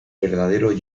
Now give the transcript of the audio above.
verdadero